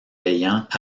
payant